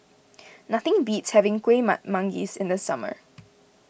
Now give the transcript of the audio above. nothing beats having Kuih Manggis in the summer